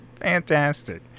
fantastic